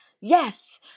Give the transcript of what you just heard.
yes